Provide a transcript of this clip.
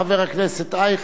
חבר הכנסת אייכלר.